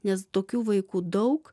nes tokių vaikų daug